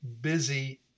busy